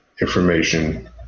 information